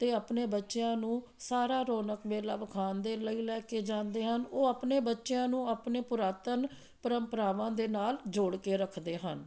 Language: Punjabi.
ਅਤੇ ਆਪਣੇ ਬੱਚਿਆਂ ਨੂੰ ਸਾਰਾ ਰੋਣਕ ਮੇਲਾ ਵਿਖਾਉਣ ਦੇ ਲਈ ਲੈ ਕੇ ਜਾਂਦੇ ਹਨ ਉਹ ਆਪਣੇ ਬੱਚਿਆਂ ਨੂੰ ਆਪਣੇ ਪੁਰਾਤਨ ਪਰੰਪਰਾਵਾਂ ਦੇ ਨਾਲ ਜੋੜ ਕੇ ਰੱਖਦੇ ਹਨ